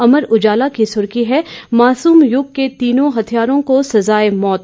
अमर उजाला की सुर्खी है मासूम यूग के तीनों हत्यारों को सजा ए मौत